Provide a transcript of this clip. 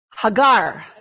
Hagar